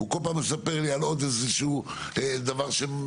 הוא כל פעם מספר לי על עוד איזשהו דבר שנעשה,